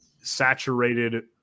saturated